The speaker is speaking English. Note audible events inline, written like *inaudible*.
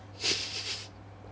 *laughs*